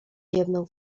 ziewnął